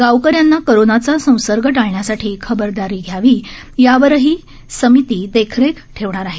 गावकऱ्यांना कोरोनाचा संसर्ग टाळण्यासाठी खबरदारी घ्यावी यावर ही समिती देखरेख ठेवणार आहे